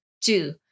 Two